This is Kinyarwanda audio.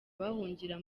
bahungira